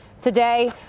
today